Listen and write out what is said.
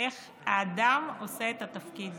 האדם עושה את התפקיד